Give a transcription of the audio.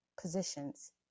positions